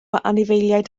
anifeiliaid